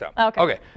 Okay